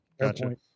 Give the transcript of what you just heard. gotcha